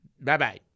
Bye-bye